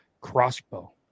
crossbow